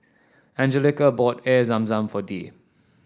Anjelica bought Air Zam Zam for Dee